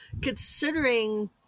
considering